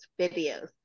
videos